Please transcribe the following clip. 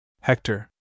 Hector